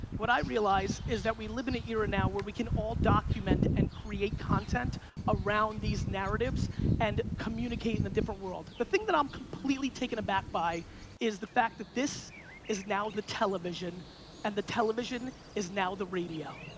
what i realize is that we live in a era now where we can all document and create content around these narratives and communicate in a different world. the thing that i'm completely taken aback by is the fact that this is now the television and the television is now the radio.